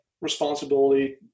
responsibility